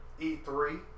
E3